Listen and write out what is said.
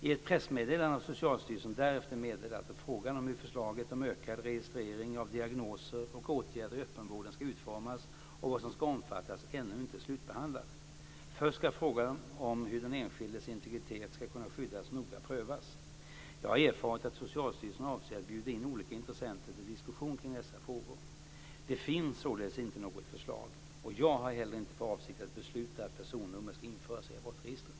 I ett pressmeddelande har Socialstyrelsen därefter meddelat att frågan om hur förslaget om ökad registrering av diagnoser och åtgärder i öppenvården ska utformas och vad som ska omfattas ännu inte är slutbehandlad. Först ska frågan om hur den enskildes integritet ska kunna skyddas noga prövas. Jag har erfarit att Socialstyrelsen avser att bjuda in olika intressenter till en diskussion kring dessa frågor. Det finns således inte något förslag, och jag har heller inte för avsikt att besluta att personnummer ska införas i abortregistret.